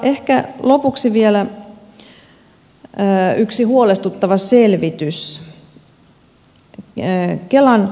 ehkä lopuksi vielä yksi huolestuttava selvitys